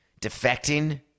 defecting